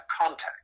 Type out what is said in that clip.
context